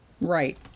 Right